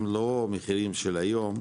הם לא מחירים של היום,